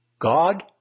God